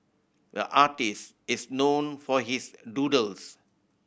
the artist is known for his doodles